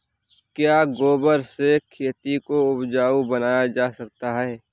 क्या गोबर से खेती को उपजाउ बनाया जा सकता है?